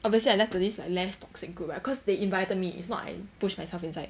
obviously I left to this like less toxic group right cause they invited me it's not I push myself inside